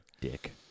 Dick